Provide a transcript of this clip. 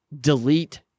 delete